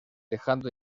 dejando